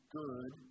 good